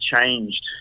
changed